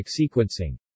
sequencing